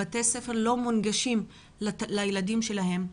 שבתי הספר לא מונגשים עבור הילדים שלהם.